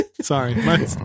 sorry